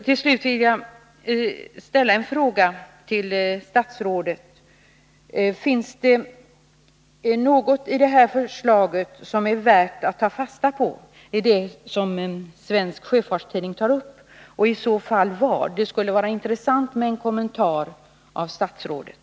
Till slut vill jag ställa följande fråga till statsrådet: Finns det något i det förslag som presenteras i Svensk Sjöfarts Tidning som är värt att ta fasta på, och i så fall vad? Det skulle vara intressant att få en kommentar av statsrådet.